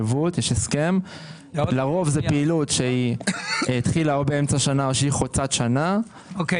פעילות שהחלה או באמצע שנה או חוצת שנה ולכן